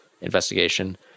investigation